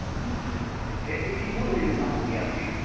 अच्छा ठीक है तो इसी मोड़ पे दुकान होगी आपकी ना